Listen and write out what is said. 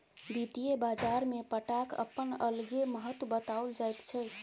वित्तीय बाजारमे पट्टाक अपन अलगे महत्व बताओल जाइत छै